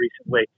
recently